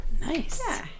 nice